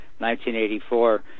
1984